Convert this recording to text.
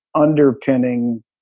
underpinning